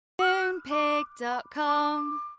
Moonpig.com